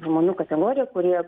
žmonių kategorija kurie